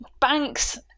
banks